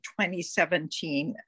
2017